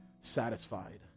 satisfied